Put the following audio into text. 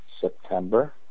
September